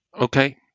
Okay